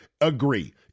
agree